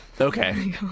Okay